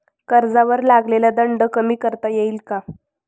कर्जावर लागलेला दंड कमी करता येईल का?